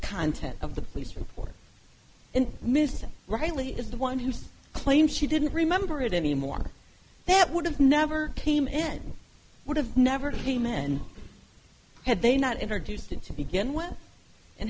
content of the police report and mr riley is the one who said claim she didn't remember it anymore that would have never came in would have never to the men had they not introduced him to begin with and